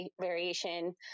variation